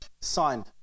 signed